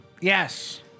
Yes